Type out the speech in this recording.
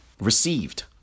received